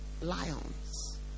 lions